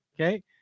Okay